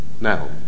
Now